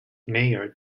mayor